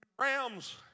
rams